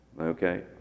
Okay